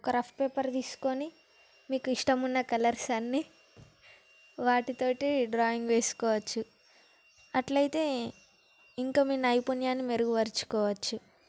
ఒక rough paper తీసుకొని మీకు ఇష్టం ఉన్న కలర్స్ అన్నీ వాటితోటి డ్రాయింగ్ వేసుకోవచ్చు అట్లయితే ఇంకా మీ నైపుణ్యాన్నిమెరుగు పరుచుకోవచ్చు